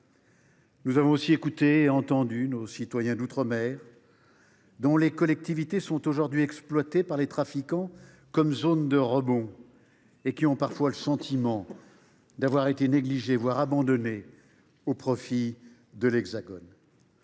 Nous avons aussi écouté et entendu nos concitoyens d’outre mer, dont les collectivités sont aujourd’hui exploitées par les trafiquants comme zones de rebond, et qui ont parfois le sentiment d’avoir été négligés, voire abandonnés au profit de l’Hexagone.